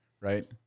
right